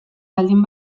baldin